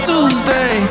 Tuesday